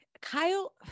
Kyle